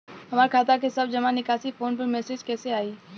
हमार खाता के सब जमा निकासी फोन पर मैसेज कैसे आई?